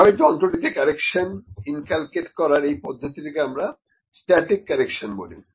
এভাবে যন্ত্রটিতে correction inculcate করার এই পদ্ধতিকে আমরা স্ট্যাটিক কারেকশন বলি